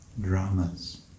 dramas